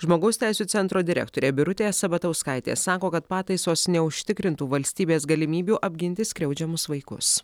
žmogaus teisių centro direktorė birutė sabatauskaitė sako kad pataisos neužtikrintų valstybės galimybių apginti skriaudžiamus vaikus